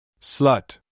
Slut